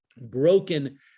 broken